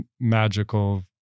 magical